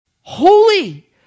Holy